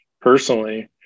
personally